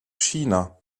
china